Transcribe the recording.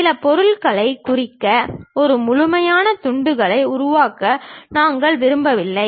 சில பொருளைக் குறிக்க ஒரு முழுமையான துண்டுகளை உருவாக்க நாங்கள் விரும்பவில்லை